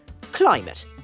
climate